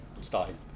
starting